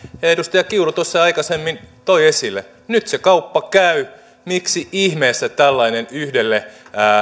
edustaja kiuru aikaisemmin toi esille nyt se kauppa käy miksi ihmeessä tällainen yhdelle